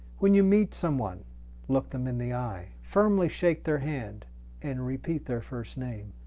when you meet someone look them in the eye, firmly shake their hand and repeat their first name.